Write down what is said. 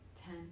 Ten